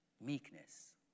Meekness